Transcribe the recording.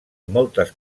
moltes